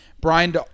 Brian